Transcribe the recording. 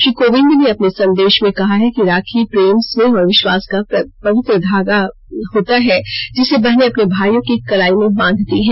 श्री कोविंद ने अपने संदेश में कहा है कि राखी प्रेम स्नेह और विश्वास का प्रवित्र धागा होता है जिसे बहनें अपने भाईयों की कलाई में बांधती है